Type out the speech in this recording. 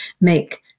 make